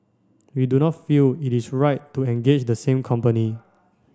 we do not feel it is right to engage the same company